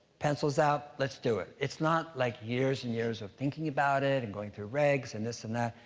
pencils out, let's do it. it's not, like, years and years of thinking about it and going through regs and this and that.